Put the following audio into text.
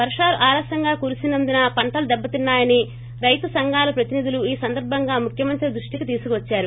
వర్షాలు ఆలస్యంగా కురిసినందున పంటలు దెబ్బతిన్నాయని రైతు సంఘాల ప్రతినిధులు ఈ సందర్భంగా ముఖ్యమంత్రి దృష్టికి తీసుకొద్చారు